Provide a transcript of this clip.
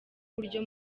buryo